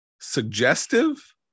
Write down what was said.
suggestive